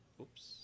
Oops